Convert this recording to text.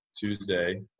Tuesday